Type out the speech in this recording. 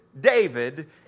David